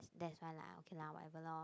that's why lah okay lah whatever lor